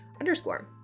underscore